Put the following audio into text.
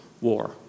war